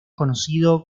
conocido